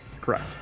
Correct